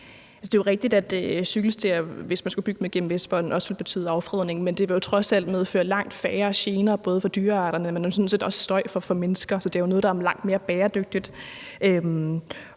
Det er jo rigtigt, at cykelstier, hvis man skulle bygge dem igennem Vestvolden, også vil betyde affredning. Men det vil trods alt medføre langt færre gener, både for dyrearterne, men sådan set også i forhold til støj for mennesker, så det er jo noget, der er langt mere bæredygtigt.